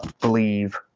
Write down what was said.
believe